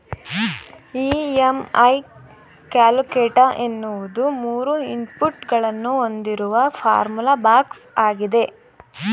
EMI calculator ಎನ್ನುವುದು ಮೂರು input ಗಳನ್ನು ಹೊಂದಿರುವ ಫಾರ್ಮುಲಾ ಬಾಕ್ಸ್ ಆಗಿದೆ